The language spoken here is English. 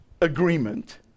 agreement